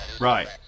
Right